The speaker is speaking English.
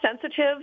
sensitive